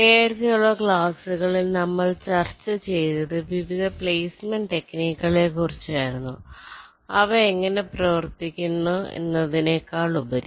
നേരത്തെയുള്ള ക്ലാസ്സുകളിൽ നമ്മൾ ചർച്ച ചെയ്തത് വിവിധ പ്ലേസ്മെന്റ് ടെക്നിക്കുകളെ കുറച്ചായിരുന്നു അവ എങ്ങനെ പ്രവർത്തിക്കുന്നു എന്നതിനേക്കാളുപരി